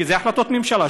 כי זה החלטות ממשלה,